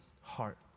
heart